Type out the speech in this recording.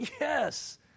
yes